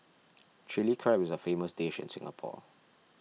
Chilli Crab is a famous dish in Singapore